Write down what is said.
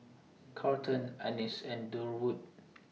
Carlton Annis and Durwood